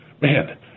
Man